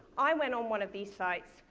i went on one of these sites,